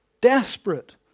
desperate